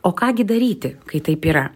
o ką gi daryti kai taip yra